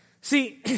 See